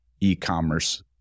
e-commerce